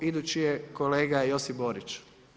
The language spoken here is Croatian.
Idući je kolega Josip Borić.